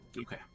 Okay